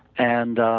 and